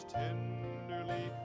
tenderly